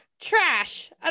Trash